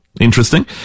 Interesting